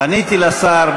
פניתי לשר,